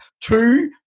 two